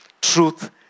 Truth